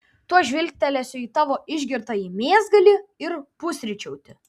tuoj žvilgtelėsiu į tavo išgirtąjį mėsgalį ir pusryčiauti